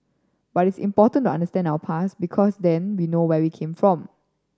but it's important to understand our past because then we know where we came from